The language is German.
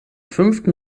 fünften